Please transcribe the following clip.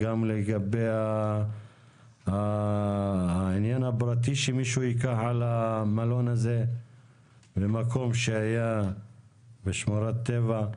גם לגבי העניין הפרטי שמישהו ייקח על המלון הזה במקום שהיה שמורת טבע.